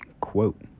quote